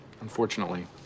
Unfortunately